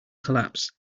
collapse